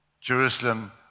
Jerusalem